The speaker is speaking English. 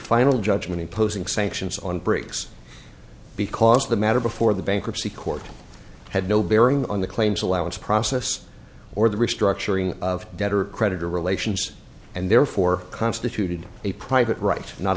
final judgment imposing sanctions on brakes because the matter before the bankruptcy court had no bearing on the claims allowance process or the restructuring of debtor creditor relations and therefore constituted a private right not